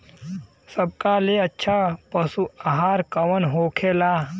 सबका ले अच्छा पशु आहार कवन होखेला?